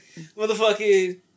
Motherfucking